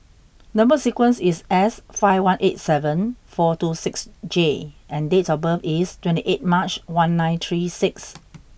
number sequence is S five one eight seven four two six J and date of birth is twenty eighth March one nine three six